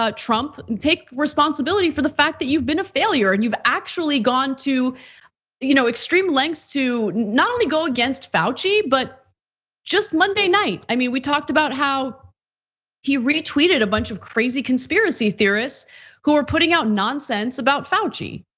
trump, take responsibility for the fact that you've been a failure. and you've actually gone to you know extreme lengths to not only go against fauci, but just monday night, i mean, we talked about how he retweeted a bunch of crazy conspiracy theorists who are putting out nonsense about fauci.